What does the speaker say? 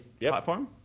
platform